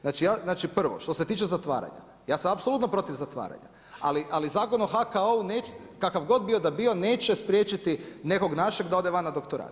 Znači, prvo, što se tiče zatvaranja, ja sam apsolutno protiv zatvaranja, ali Zakon o HKO-u, kakav god bio da bio, neće spriječiti nekog našeg da ode van na doktorat.